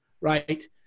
right